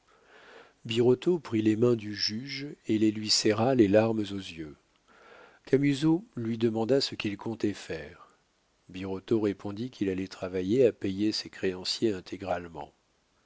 prit les mains du juge et les lui serra les larmes aux yeux camusot lui demanda ce qu'il comptait faire birotteau répondit qu'il allait travailler à payer ses créanciers intégralement